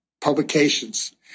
publications